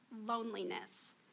loneliness